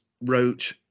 wrote